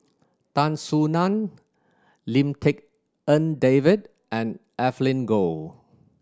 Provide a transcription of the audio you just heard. Tan Soo Nan Lim Tik En David and Evelyn Goh